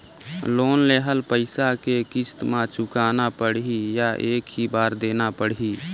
Loan लेहल पइसा के किस्त म चुकाना पढ़ही या एक ही बार देना पढ़ही?